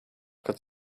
could